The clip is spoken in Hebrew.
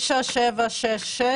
6 6